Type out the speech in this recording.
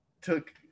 took